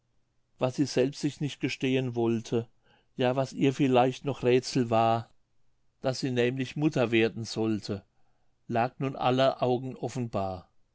was sie selbst sich nicht gestehen wollte ja was ihr vielleicht noch räthsel war daß sie nämlich mutter werden sollte lag nun aller augen offenbar